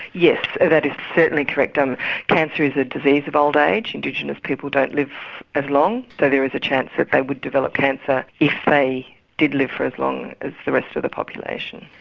yes, that is certainly correct, um cancer is a disease of old age, indigenous people don't live as long so there is a chance that they would develop cancer if they did live for as long as the rest of the population.